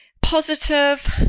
positive